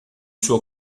suo